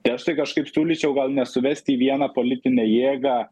tai aš tai kažkaip siūlyčiau gal nesuvesti į vieną politinę jėgą